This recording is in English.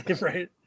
Right